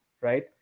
right